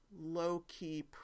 low-key